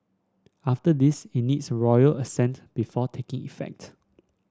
after this it needs royal assent before taking effect